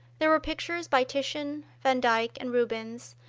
there were pictures by titian, van dyck, and rubens,